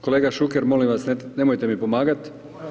Kolega Šuker, molim vas nemojte mi pomagat.